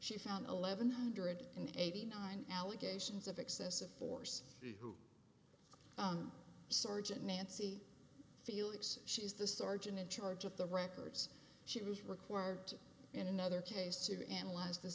she found eleven hundred eighty nine allegations of excessive force own sergeant mansi felix she is the sergeant in charge of the records she was required to in another case to analyze t